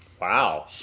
Wow